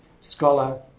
scholar